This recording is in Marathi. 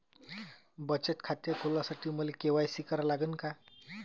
बचत खात खोलासाठी मले के.वाय.सी करा लागन का?